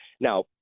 Now